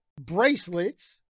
bracelets